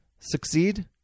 succeed